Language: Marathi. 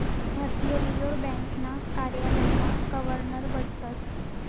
भारतीय रिजर्व ब्यांकना कार्यालयमा गवर्नर बठतस